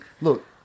look